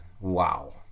wow